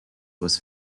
was